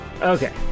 Okay